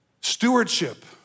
Stewardship